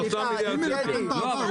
--- חברים,